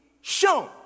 shown